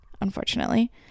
unfortunately